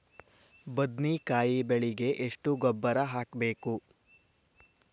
ಬದ್ನಿಕಾಯಿ ಬೆಳಿಗೆ ಎಷ್ಟ ಗೊಬ್ಬರ ಹಾಕ್ಬೇಕು?